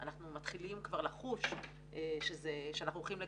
אנחנו מתחילים כבר לחוש שאנחנו הולכים לקבל,